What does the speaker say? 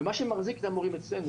ומה שמחזיק את המורים אצלנו,